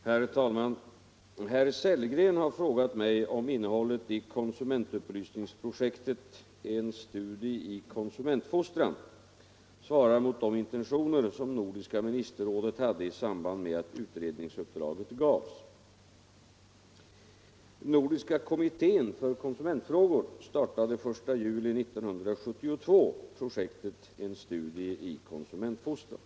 Herr talman! Herr Sellgren har frågat mig om innehållet i konsumentupplysningsprojektet En studie i konsumentfostran svarar mot de intentioner som Nordiska ministerrådet hade i samband med att utredningsuppdraget gavs. Nordiska kommittén för konsumentfrågor startade 1 juli 1972 projektet En studie i konsumentfostran.